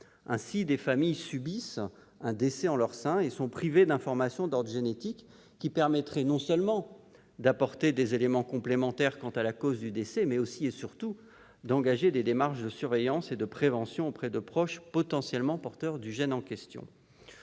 lors, des familles subissant un décès en leur sein sont privées d'informations d'ordre génétique qui permettraient non seulement d'apporter des éléments complémentaires quant à la cause du décès, mais aussi et surtout d'engager des démarches de surveillance et de prévention auprès de proches potentiellement porteurs du gène en question.